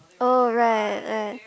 oh right right